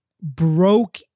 broke